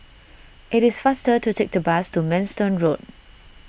it is faster to take the bus to Manston Road